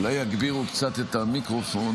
אולי יגבירו קצת את המיקרופון.